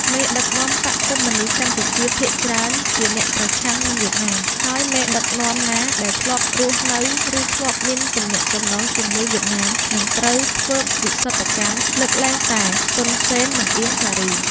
មេដឹកនាំបក្សរកុម្មុយនីស្តកម្ពុជាភាគច្រើនជាអ្នកប្រឆាំងនឹងវៀតណាម ហើយមេដឹកនាំណាដែលធ្លាប់រស់នៅ ឬធ្លាប់មានទំនាក់ទំនងជាមួយវៀតណាមនឹងត្រូវធ្វើវិសុទ្ធកម្ម (លើកលែងតែ សុន សេន និងអៀង សារី)។